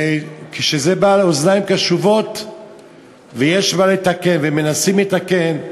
כשזה בא על אוזניים קשובות ויש מה לתקן ומנסים לתקן,